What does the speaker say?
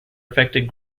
affected